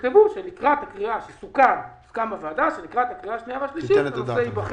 תכתבו שסוכם בוועדה שלקראת הקריאה השנייה והשלישית הנושא ייבחן